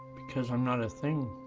because i'm not a thing,